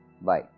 Bye